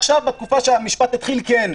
עכשיו בתקופה שהמשפט התחיל כן.